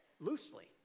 loosely